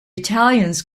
italians